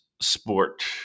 sport